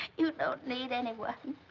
you don't need anyone.